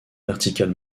vertical